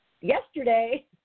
yesterday